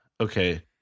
Okay